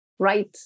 right